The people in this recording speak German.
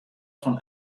von